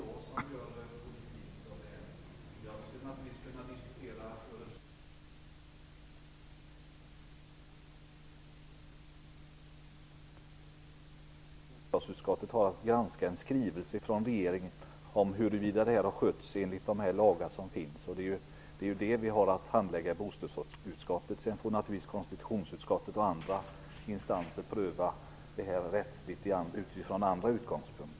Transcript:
Herr talman! Det är inte jag som gör politik av detta. Jag skulle naturligtvis kunna diskutera Öresundsbron, men det har man gjort under snart tre timmar här. Bostadsutskottet har att granska en skrivelse från regeringen om huruvida det här har skötts enligt de lagar som finns. Det är det vi har att handlägga i bostadsutskottet. Sedan får naturligtvis konstitutionsutskottet och andra instanser pröva det här rättsligt från andra utgångspunkter.